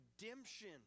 redemption